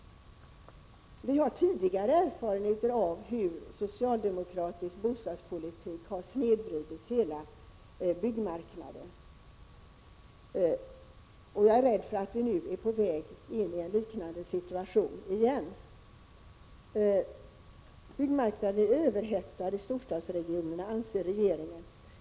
Vi har tidigare erfarenheter av hur socialdemokratisk bostadspolitik har snedvridit hela byggmarknaden, och jag är rädd för att vi nu är på väg in i en liknande situation igen. Byggmarknaden i storstadsregionerna är överhettad, anser regeringen.